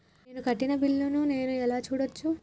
నేను కట్టిన బిల్లు ను నేను ఎలా చూడచ్చు?